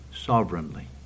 sovereignly